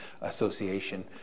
association